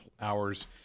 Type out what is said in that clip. hours